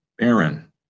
Aaron